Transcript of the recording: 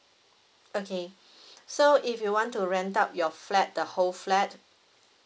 okay so if you want to rent out your flat the whole flat